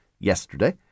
yesterday